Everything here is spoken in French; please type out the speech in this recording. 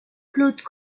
claude